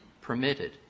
permitted